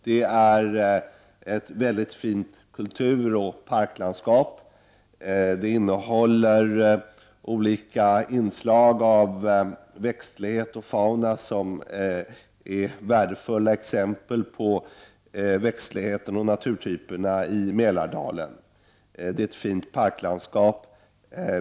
Det är ett mycket fint kulturoch parklandskap, och det finns olika inslag av växtlighet och fauna, vilka är värdefulla exempel på växtligheten och naturtyperna i Mälardalen. Detta är ett fint parklandskap.